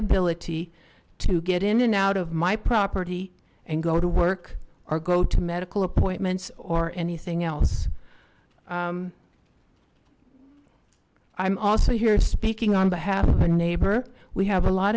ability to get in and out of my property and go to work or go to medical appointments or anything else i'm also here speaking on behalf of a neighbor we have a lot